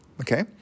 Okay